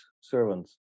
servants